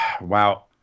Wow